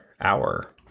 hour